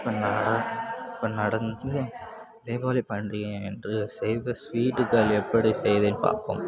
இப்ப நட இப்போ நடந்த தீபாவளி பண்டிகை அன்று செய்த ஸ்வீட்டுகள் எப்படி செய்தேன் பார்ப்போம்